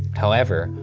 however,